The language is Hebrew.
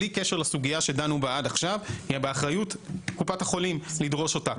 בלי קשר לסוגיה שדנו בה עד עכשיו היא באחריות קופת החולים לדרוש אותה.